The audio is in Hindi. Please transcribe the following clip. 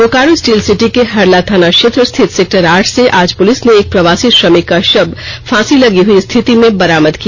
बोकारो स्टील सिटी के हरला थाना क्षेत्र स्थित सेक्टर आठ से आज पुलिस ने एक प्रवासी श्रमिक का शव फांसी लगी हुई स्थिति में बरामद किया